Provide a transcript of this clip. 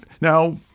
Now